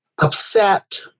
upset